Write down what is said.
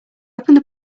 opened